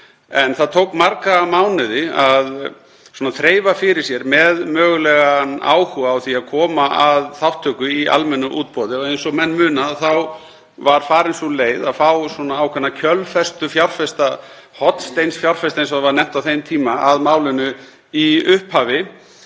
En það tók marga mánuði að þreifa fyrir sér með mögulegan áhuga á því að koma að þátttöku í almennu útboði. Eins og menn muna þá var farin sú leið að fá ákveðna kjölfestufjárfesta, hornsteinsfjárfesta, eins og það var nefnt á þeim tíma, að málinu í upphafi.